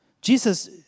Jesus